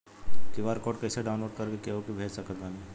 QR code कइसे download कर के केहु के भेज सकत बानी?